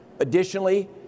Additionally